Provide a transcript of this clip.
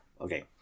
okay